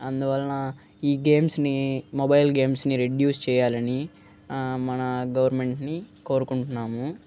అందువలన ఈ గేమ్స్ని మొబైల్ గేమ్స్ని రెడ్యూస్ చేయాలని మన గవర్నమెంట్ని కోరుకుంటున్నాము